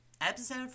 Episode